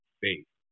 faith